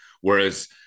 whereas